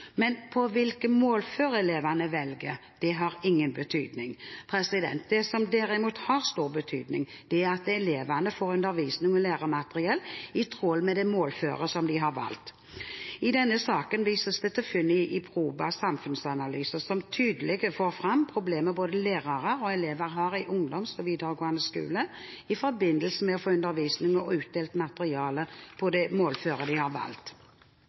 elevene velger, har ingen betydning. Det som derimot har stor betydning, er at elevene får undervisning og læremateriell i tråd med den målformen de har valgt. I denne saken vises det til funn i en rapport fra Proba samfunnsanalyse som tydelig får fram problemet både lærere og elever i ungdomsskolen og i videregående skole har i forbindelse med at elevene ikke får undervisning og utdelt materiale i den målformen de har valgt.